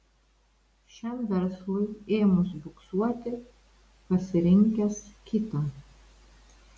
šiam verslui ėmus buksuoti pasirinkęs kitą